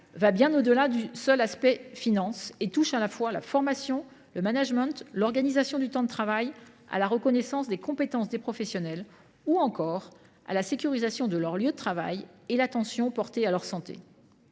va bien au delà du seul aspect financier et touche à la fois à la formation, au management, à l’organisation du temps de travail, à la reconnaissance des compétences des professionnels ou encore à la sécurisation de leur lieu de travail et à l’attention que l’on porte à leur santé.